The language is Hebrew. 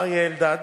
אריה אלדד,